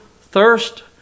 thirst